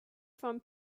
from